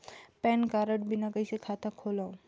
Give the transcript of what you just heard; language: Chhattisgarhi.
पैन कारड बिना कइसे खाता खोलव?